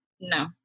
No